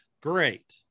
great